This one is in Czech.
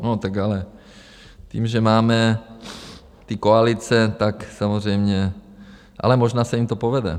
No tak ale tím, že máme ty koalice, tak samozřejmě... ale možná, že se jim to povede.